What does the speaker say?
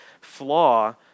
flaw